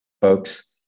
folks